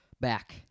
back